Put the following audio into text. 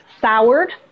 soured